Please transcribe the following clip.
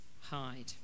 hide